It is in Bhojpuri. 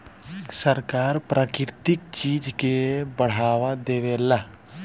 सरकार प्राकृतिक चीज के बढ़ावा देवेला